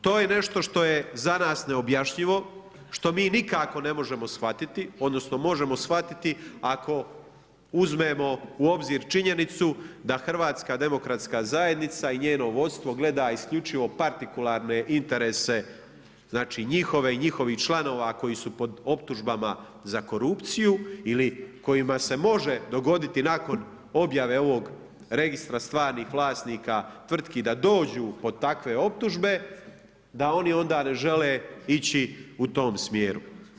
To je nešto što je za nas neobjašnjivo što mi nikako ne možemo shvatiti odnosno možemo shvatiti ako uzmemo u obzir činjenicu da HDZ i njeno vodstvo gleda isključivo partikularne interese njihove i njihovih članova koji su pod optužbama za korupciju ili kojima se može dogoditi nakon objave ovog registra stvarnih vlasnika tvrtki da dođu pod takve optužbe, da oni onda ne žele ići u tom smjeru.